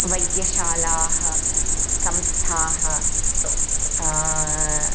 वैद्यशालाः संस्थाः